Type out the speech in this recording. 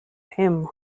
him